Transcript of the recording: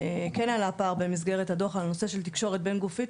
כן עלה הפער במסגרת הדוח על הנושא של תקשורת בין גופית,